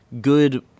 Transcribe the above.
good